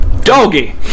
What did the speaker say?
doggy